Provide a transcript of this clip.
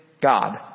God